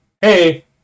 Hey